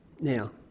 Now